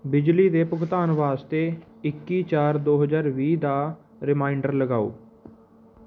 ਬਿਜਲੀ ਦੇ ਭੁਗਤਾਨ ਵਾਸਤੇ ਇੱਕੀ ਚਾਰ ਦੋ ਹਜ਼ਾਰ ਵੀਹ ਦਾ ਰਿਮਾਇੰਡਰ ਲਗਾਓ